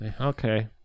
Okay